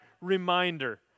reminder